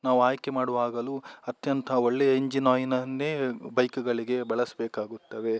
ನಾವು ಆಯ್ಕೆ ಮಾಡುವಾಗಲೂ ಅತ್ಯಂತ ಒಳ್ಳೆಯ ಇಂಜಿನ್ ಆಯಿನನ್ನೇ ಬೈಕ್ಗಳಿಗೆ ಬಳಸಬೇಕಾಗುತ್ತವೆ